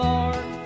Lord